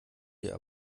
dir